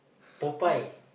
Popeye